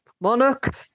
Monarch